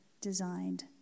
designed